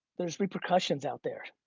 there's repercussions out there.